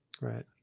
right